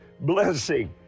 blessing